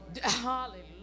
Hallelujah